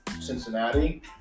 Cincinnati